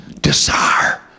desire